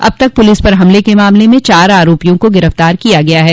अब तक पुलिस पर हमले के मामले में चार आरोपियों को गिरफ्तार किया गया है